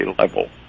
level